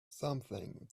something